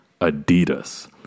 Adidas